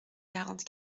quarante